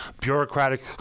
bureaucratic